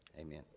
amen